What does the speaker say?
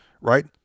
right